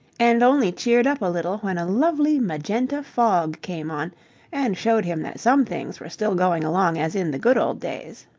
and only cheered up a little when a lovely magenta fog came on and showed him that some things were still going along as in the good old days.